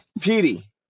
Petey